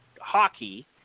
hockey